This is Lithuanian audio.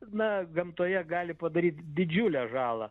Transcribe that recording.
na gamtoje gali padaryt didžiulę žalą